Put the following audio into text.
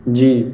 جی